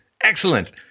Excellent